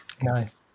Nice